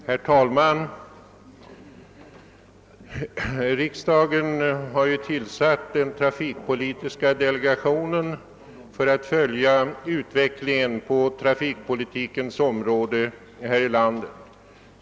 Herr talman! Riksdagen har tillsatt den trafikpolitiska delegationen för att följa utvecklingen på transportpolitikens område här i landet.